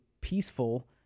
peaceful